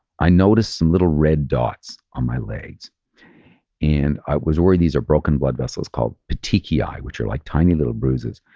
i noticed some little red dots on my legs and i was aware these are broken blood vessels called petechiae, which are like tiny little bruises,